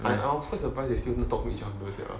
I was quite surprise they don't talk to each other sia